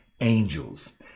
angels